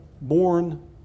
born